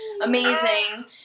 amazing